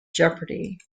jeopardy